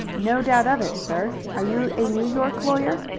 no doubt of it, sir. are you a new york lawyer?